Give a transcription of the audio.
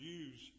use